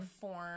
form